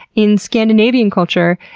in scandinavian culture,